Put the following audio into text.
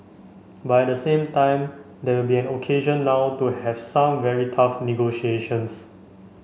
but at the same time there will be an occasion now to have some very tough negotiations